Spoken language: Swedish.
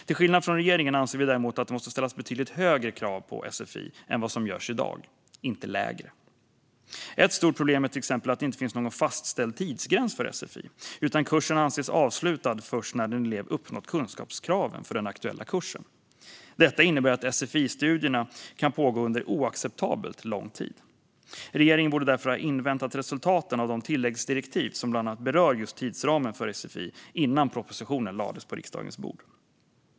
Till skillnad från regeringen anser vi dock att det måste ställas betydligt högre krav på sfi än vad som görs i dag - inte lägre. Ett stort problem är till exempel att det inte finns någon fastställd tidsgräns för sfi, utan kursen anses avslutad först när en elev uppnått kunskapskraven för den aktuella kursen. Detta innebär att sfi-studierna kan pågå under oacceptabelt lång tid. Regeringen borde därför, innan propositionen lades på riksdagens bord, ha inväntat resultaten av de tilläggsdirektiv som bland annat berör just tidsramen för sfi.